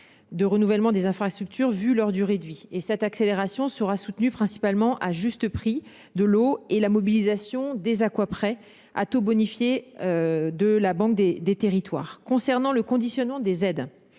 de renouvellement des infrastructures vu leur durée de vie et cette accélération sera soutenue principalement à juste prix de l'eau et la mobilisation des quoi. Prêts à taux bonifiés. De la banque des des territoires concernant le conditionnement des aides.